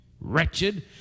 wretched